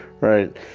right